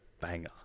banger